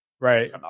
right